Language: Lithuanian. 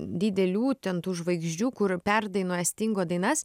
didelių ten tų žvaigždžių kur perdainuoja stingo dainas